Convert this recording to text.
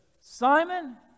Simon